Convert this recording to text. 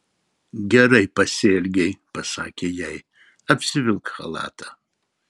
gerai pasielgei pasakė jai apsivilk chalatą